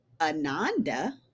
Ananda